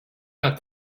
got